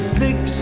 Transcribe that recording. fix